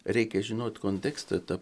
reikia žinot kontekstą tą